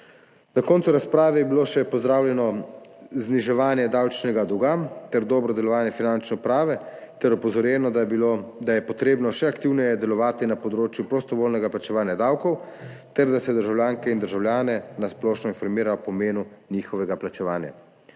Na koncu razprave je bilo še pozdravljeno zniževanje davčnega dolga ter dobro delovanje Finančne uprave Republike Slovenije ter opozorjeno, da je treba še aktivneje delovati na področju prostovoljnega plačevanja davkov ter da se državljanke in državljane na splošno informira o pomenu njihovega plačevanja.